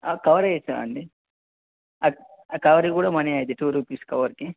cover వేస్తాను అండి ఆ కవర్ కూడా మనీ అవుతుంది టూ రూపీస్ కవర్కి